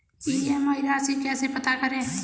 EMI राशि कैसे पता करें?